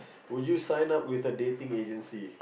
would you sign up with a dating agency